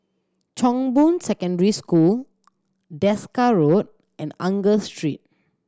Chong Boon Secondary School Desker Road and Angus Street